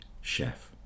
chef